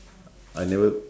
I never